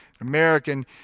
American